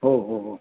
हो हो हो